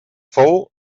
fou